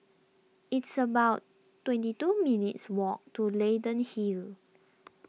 it's about twenty two minutes' walk to Leyden Hill